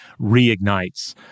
reignites